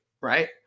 right